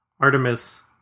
artemis